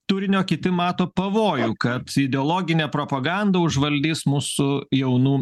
turinio kiti mato pavojų kad ideologinė propaganda užvaldys mūsų jaunų